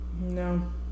No